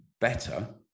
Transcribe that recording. better